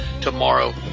tomorrow